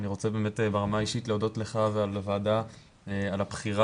אני רוצה באמת ברמה האישית להודות לך ולוועדה על הבחירה